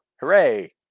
hooray